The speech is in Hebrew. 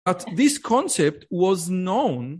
‫אבל הקונספט הזה היה ידוע...